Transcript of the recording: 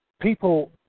people